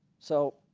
so